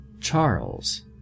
Charles